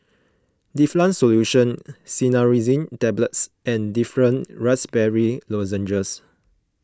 Difflam Solution Cinnarizine Tablets and Difflam Raspberry Lozenges